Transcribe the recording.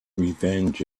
revenge